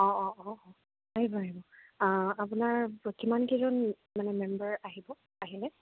অ' অ' অ' অ' আহিব আহিব আপোনাৰ কিমান কেইকজন মানে মেম্বাৰ আহিব আহিলে